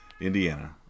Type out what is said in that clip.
Indiana